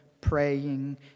praying